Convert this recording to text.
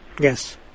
Yes